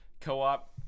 Co-op